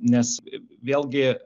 nes vėlgi